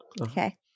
Okay